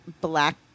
black